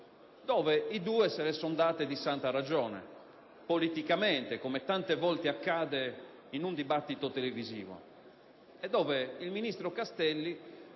I due se le sono date di santa ragione, politicamente, come tante volte accade in un dibattito televisivo, al termine del quale il ministro Castelli,